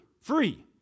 Free